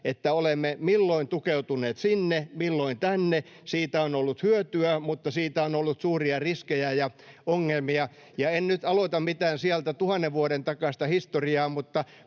että olemme milloin tukeutuneet sinne, milloin tänne, ja siitä on ollut hyötyä, mutta siitä on ollut suuria riskejä ja ongelmia. En nyt aloita mitään tuhannen vuoden takaista historiaa,